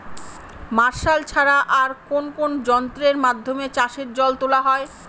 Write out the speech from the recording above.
Martial ছাড়া আর কোন কোন যন্ত্রেরর মাধ্যমে চাষের জল তোলা হয়?